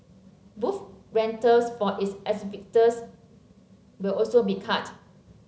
booth rentals for its exhibitors will also be cut